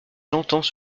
j’entends